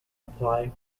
apply